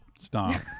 stop